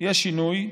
יש שינוי.